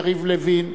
יריב לוין,